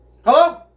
Hello